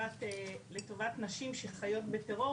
לטובת נשים שחיות בטרור,